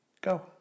Go